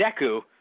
Deku